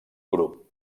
grup